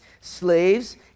slaves